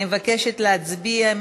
אני מבקשת להצביע.